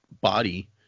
body